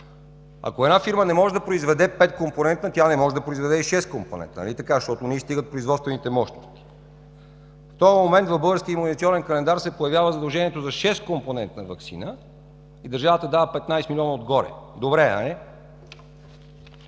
Ако една фирма не може да произведе 5-компонентна, тя не може да произведе и 6-компонентна, нали така? Защото не й стигат производствените мощности. В този момент в Българския имунизационен календар се появява задължението за 6-компонентна ваксина и държавата дава 15 милиона отгоре. Добре е,